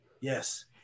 Yes